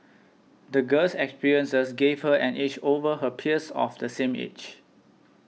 the girl's experiences gave her an edge over her peers of the same age